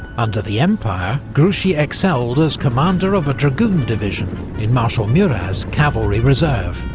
under the empire, grouchy excelled as commander of a dragoon division in marshal murat's cavalry reserve.